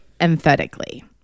emphatically